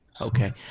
Okay